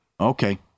Okay